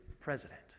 president